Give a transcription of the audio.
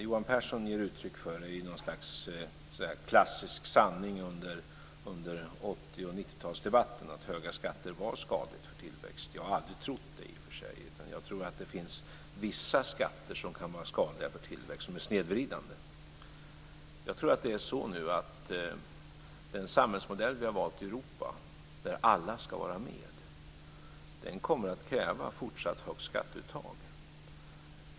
Johan Pehrson ger uttryck för ett slags klassisk sanning i 80 och 90-talsdebatten: att höga skatter är skadliga för tillväxt. Jag har i och för sig aldrig trott det. Jag menar att det finns vissa snedvridande skatter som kan vara skadliga för tillväxt. Jag tror att det nu är så att den samhällsmodell som vi har valt i Europa, där alla ska vara med, kommer att kräva ett fortsatt högt skatteuttag.